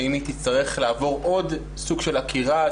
שאם היא תצטרך לעבור עוד איזשהו סוג של עקירה,